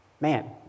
Man